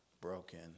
broken